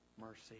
mercy